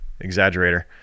exaggerator